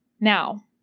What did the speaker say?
Now